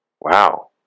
Wow